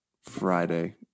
Friday